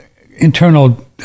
internal